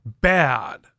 bad